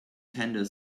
tender